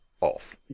off